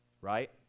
Right